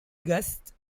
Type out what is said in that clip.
guests